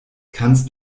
kannst